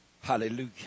Hallelujah